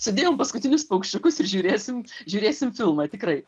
sudėjom paskutinius paukščiukus ir žiūrėsim žiūrėsim filmą tikrai